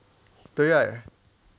对 right